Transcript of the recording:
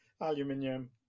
aluminium